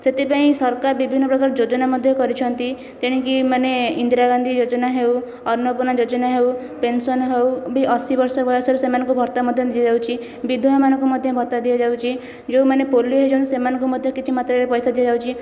ସେଥିପାଇଁ ସରକାର ବିଭିନ୍ନ ପ୍ରକାର ଯୋଜନା ମଧ୍ୟ କରିଛନ୍ତି ତେଣିକି ମାନେ ଇନ୍ଦିରା ଗାନ୍ଧୀ ଯୋଜନା ହେଉ ଅନ୍ନପୂର୍ଣା ଯୋଜନା ହେଉ ପେନ୍ସନ୍ ହେଉ ବି ଅଶୀ ବର୍ଷ ବୟସରେ ସେମାନକୁ ଭତ୍ତା ମଧ୍ୟ ଦିଆଯାଉଛି ବିଧବାମାନଙ୍କୁ ମଧ୍ୟ ଭତ୍ତା ଦିଆଯାଉଛି ଯେଉଁମାନେ ପୋଲିଓ ହୋଇଛନ୍ତି ସେମାନଙ୍କୁ ମଧ୍ୟ କିଛି ମାତ୍ରାରେ ପଇସା ଦିଆଯାଉଛି